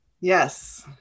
Yes